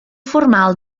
formal